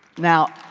now